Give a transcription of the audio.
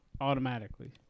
automatically